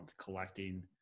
collecting